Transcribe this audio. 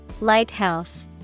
Lighthouse